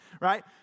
Right